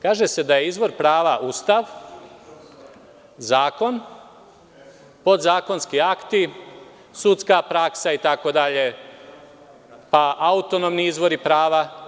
Kaže se da je izvor prava Ustav, zakon, podzakonski akti, sudska praksa itd, autonomni izvori prava.